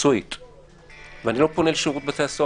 שזכויותיהם לא מופרות.